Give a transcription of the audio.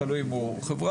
תלוי אם הוא חברה,